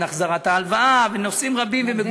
החזרת ההלוואה ועל נושאים רבים ומגוונים,